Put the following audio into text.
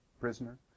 prisoner